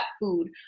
food